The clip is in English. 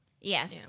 Yes